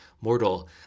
Mortal